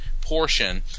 portion